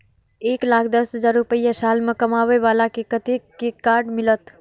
एक लाख दस हजार रुपया साल में कमाबै बाला के कतेक के कार्ड मिलत?